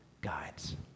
guides